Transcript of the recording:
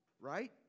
right